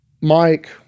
Mike